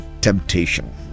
temptation